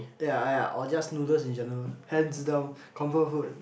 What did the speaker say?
ya yeah or just noodles in general hands down confirm food